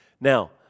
Now